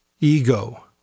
ego